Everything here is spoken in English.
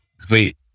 Sweet